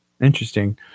interesting